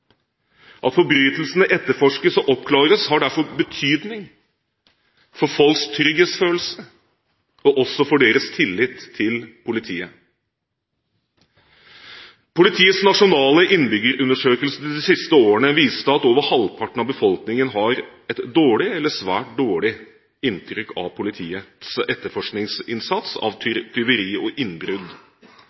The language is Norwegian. At forbrytelsene etterforskes og oppklares, har derfor betydning for folks trygghetsfølelse og også for deres tillit til politiet. Politiets nasjonale innbyggerundersøkelse de siste årene viste at over halvparten av befolkningen har dårlig eller svært dårlig inntrykk av politiets etterforskningsinnsats når det gjelder tyveri og innbrudd.